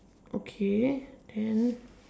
okay then